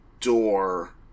door